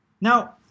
Now